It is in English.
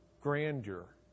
grandeur